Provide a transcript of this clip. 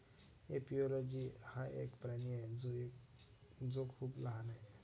एपिओलोजी हा एक प्राणी आहे जो खूप लहान आहे